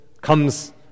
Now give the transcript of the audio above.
comes